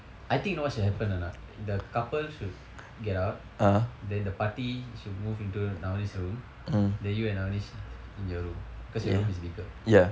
I think you know what should happen or not the couple should get out then the பாட்டி:paatti should move into navinesh room then you and navinesh in your room cause your room is bigger